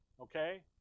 okay